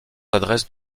adresse